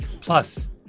Plus